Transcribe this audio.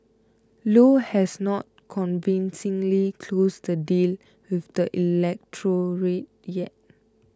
low has not convincingly closed the deal with the electorate yet